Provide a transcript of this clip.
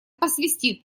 посвистит